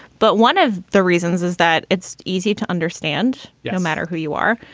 but one of the reasons is that it's easy to understand, yeah no matter who you are,